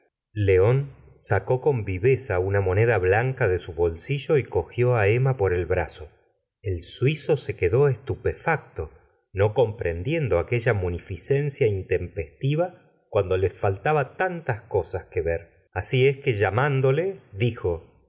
león sacó con viveza una moneda blanca de su bolsillo y cogió á emma por el brazo el suizo se quedó estupefacto no comprendiendo aquella munificencia intempestiva cuando les faltaba tantas cosas que ver así es que llamándole dijo